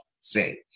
say